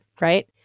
right